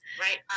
Right